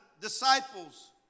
disciples